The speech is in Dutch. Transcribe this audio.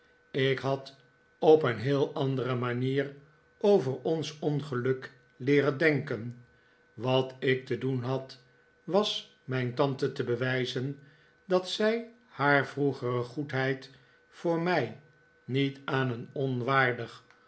ik had op een heel andere manier over ons ongeluk leeren denken wat ik te doen had was mijn tante te bewijzen dat zij haar vroegere goedheid voor mij niet aan een onwaardig